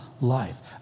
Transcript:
life